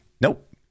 Nope